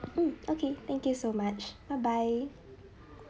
um okay thank you so much bye bye